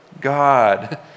God